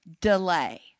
delay